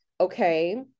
okay